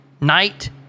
night